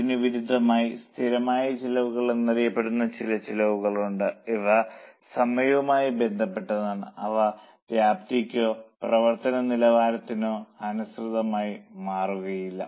ഇതിനു വിരുദ്ധമായി സ്ഥിരമായ ചെലവുകൾ എന്നറിയപ്പെടുന്ന ചില ചെലവുകൾ ഉണ്ട് അവ സമയവുമായി ബന്ധപ്പെട്ടതാണ് അവ വ്യാപ്തിക്കോ പ്രവർത്തന നിലവാരത്തിനോ അനുസൃതമായി മാറുകയില്ല